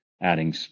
adding